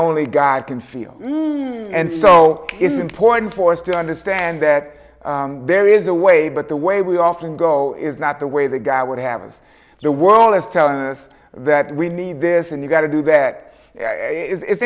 only god can feel and so it's important for us to understand that there is a way but the way we often go is not the way the guy would have us the world is telling us that we need this and you got to do that it's i